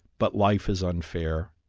but life is unfair',